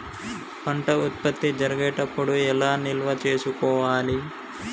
పంట ఉత్పత్తి జరిగేటప్పుడు ఎలా నిల్వ చేసుకోవాలి?